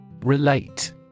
Relate